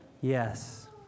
Yes